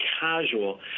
casual